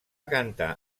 cantar